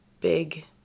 big